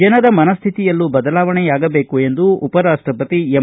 ಜನರ ಮನಸ್ಥಿತಿಯಲ್ಲೂ ಬದಲಾವಣೆಯಾಗಬೇಕು ಎಂದು ಉಪರಾಷ್ಟಪತಿ ಎಂ